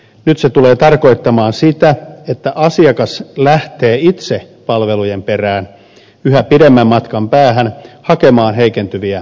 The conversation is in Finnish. nyt se tulee tarkoittamaan sitä että asiakas lähtee itse palvelujen perään yhä pidemmän matkan päähän hakemaan heikentyviä palveluita